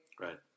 Right